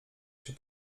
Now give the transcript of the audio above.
się